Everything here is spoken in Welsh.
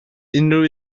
unrhyw